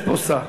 יש פה שר.